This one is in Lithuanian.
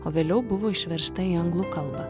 o vėliau buvo išveršta į anglų kalbą